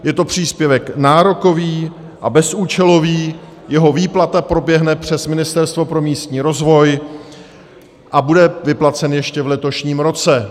Je to příspěvek nárokový a bezúčelový, jeho výplata proběhne přes Ministerstvo pro místní rozvoj a bude vyplacen ještě v letošním roce.